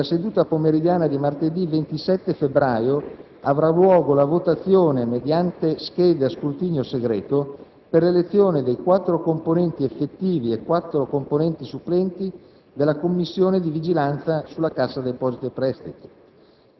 Nella seduta pomeridiana di martedì 27 febbraio avrà luogo la votazione, mediante schede a scrutinio segreto, per l'elezione di quattro componenti effettivi e quattro componenti supplenti della Commissione di vigilanza sulla Cassa depositi e prestiti.